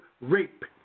rape